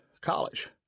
college